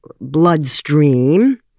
bloodstream